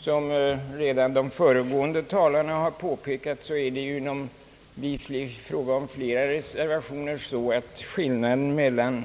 Som redan de föregående talarna har påpekat är skillnaden mellan